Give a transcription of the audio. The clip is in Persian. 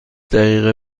دقیقه